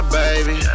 baby